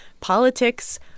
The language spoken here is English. politics